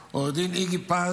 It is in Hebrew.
עו"ד איגי פז,